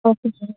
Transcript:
okay sir